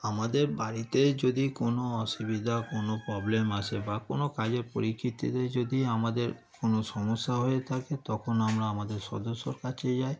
আমাদের বাড়িতে যদি কোনো অসুবিধা কোনো প্রবলেম আসে বা কোনো কাজের পরিস্থিতিতে যদি আমাদের কোনো সমস্যা হয়ে থাকে তখন আমরা আমাদের সদস্যর কাছে যাই